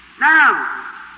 Now